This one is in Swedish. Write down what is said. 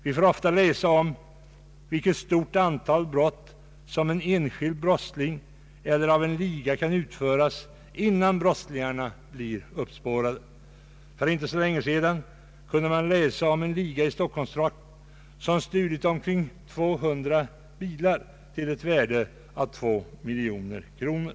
Vi får ofta läsa om vilket stort antal brott som en enskild brottsling eller en liga kan hinna utföra innan brottslingarna blir uppspårade. För inte så länge sedan kunde man läsa om en liga i Stockholmstrakten som stulit omkring 200 bilar till ett värde av 2 miljoner kronor.